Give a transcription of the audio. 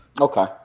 okay